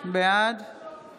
בעד